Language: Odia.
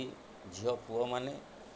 ଝିଅ ପୁଅମାନେ